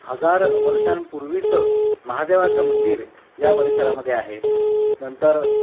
हजार वर्षांपूर्वीचं महादेवाचं मंदिर या परिसरामध्ये आहे नंतर